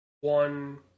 one